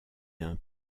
d’un